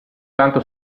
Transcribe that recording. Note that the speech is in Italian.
tanto